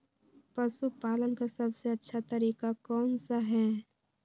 पशु पालन का सबसे अच्छा तरीका कौन सा हैँ?